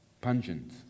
Pungent